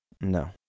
No